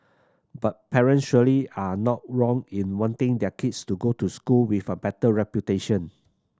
but parents surely are not wrong in wanting their kids to go to school with a better reputation